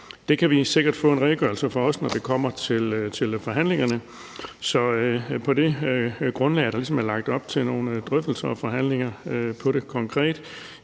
Det kan vi sikkert også få en redegørelse om, når vi kommer til forhandlingerne. Da der ligesom er lagt op til nogle drøftelser og forhandlinger om det konkret,